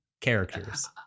characters